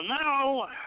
now